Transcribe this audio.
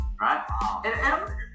right